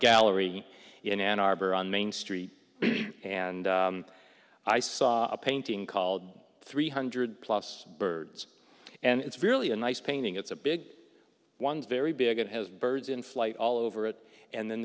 gallery in ann arbor on main street and i saw a painting called three hundred plus birds and it's really a nice painting it's a big one very big it has birds in flight all over it and then